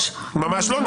ממש לא.